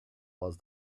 was